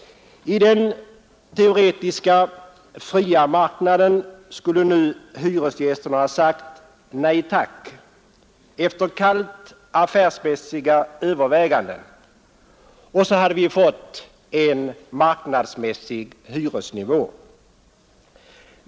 I den teoretiskt fria hyresmarknaden skulle nu hyresgästerna ha sagt ”Nej tack” efter kallt affärsmässiga överväganden, och så hade vi fått en marknadsmässig hyresnivå.